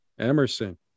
Emerson